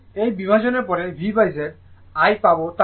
এই বিভাজনের পরে VZ I পাবে তাই এটি আমার Yfg